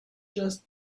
just